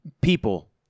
people